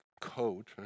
code